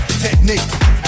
Technique